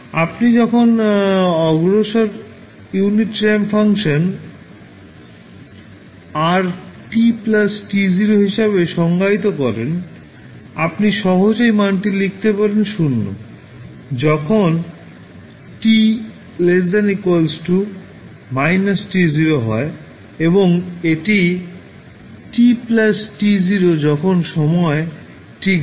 আপনি যখন অগ্রসর unit ramp function rt t0 হিসেবে সংজ্ঞায়িত করেন আপনি সহজেই মানটি লিখতে পারেন 0 যখন t ≤ −t0 হয় এবং এটি t t0যখন সময় t ≥ t0 হয়